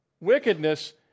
wickedness